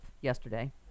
yesterday